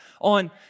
on